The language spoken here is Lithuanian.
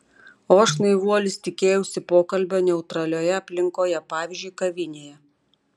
o aš naivuolis tikėjausi pokalbio neutralioje aplinkoje pavyzdžiui kavinėje